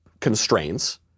constraints